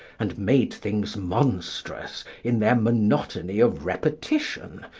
and made things monstrous in their monotony of repetition,